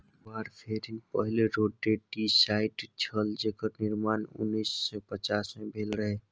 warfarin पहिल rodenticide छल जेकर निर्माण उन्नैस सय पचास मे भेल रहय